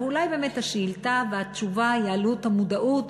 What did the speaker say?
אולי באמת השאילתה והתשובה יעלו את המודעות,